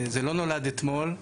זה לא נולד אתמול,